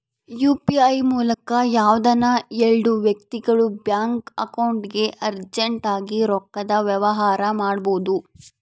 UPI ಮೂಲಕ ಯಾವ್ದನ ಎಲ್ಡು ವ್ಯಕ್ತಿಗುಳು ಬ್ಯಾಂಕ್ ಅಕೌಂಟ್ಗೆ ಅರ್ಜೆಂಟ್ ಆಗಿ ರೊಕ್ಕದ ವ್ಯವಹಾರ ಮಾಡ್ಬೋದು